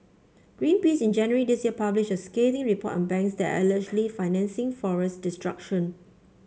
Greenpeace in January this year published a scathing report on banks that are allegedly financing forest destruction